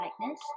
lightness